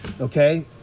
okay